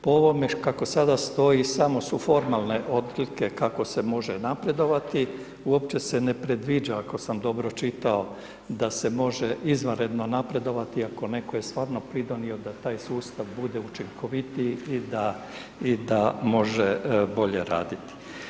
Po ovome kako sada stoji, samo su formalne odlike kako se može napredovati, uopće se ne predviđa ako sam dobro čitao, da se može izvanredno napredovati ako netko je stvarno pridonio da taj sustav bude učinkovitiji i da može bolje raditi.